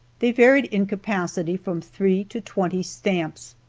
they varied in capacity from three to twenty stamps.